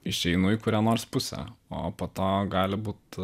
išeinu į kurią nors pusę o po to gali būt